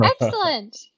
excellent